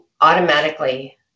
automatically